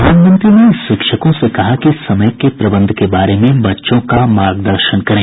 प्रधानमंत्री ने शिक्षकों से कहा कि समय के प्रबंध के बारे में बच्चों का मार्गदर्शन करें